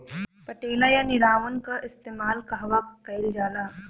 पटेला या निरावन का इस्तेमाल कहवा कइल जाला?